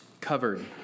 covered